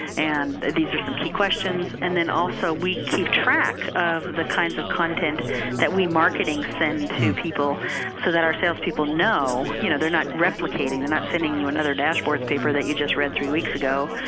and these are some key questions. and then also, we keep track of the kinds of content that we marketing send to people so that our sales people know you know they're not replicating. they're not sending you another dashboard's paper that you just read three weeks ago,